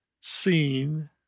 Seen